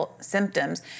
symptoms